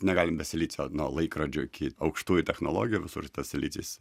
negalim be silicio nuo laikrodžio iki aukštųjų technologijų visur tas silicis